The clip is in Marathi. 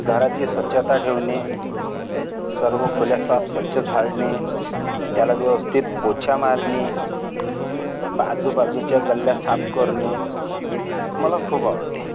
घराची स्वच्छता ठेवणे सर्व खोल्या साफ स्वच्छ झाडणे त्याला व्यवस्थित पोछा मारणे बा आजूबाजूच्या गल्ल्या साफ करणे मला खूप आवडते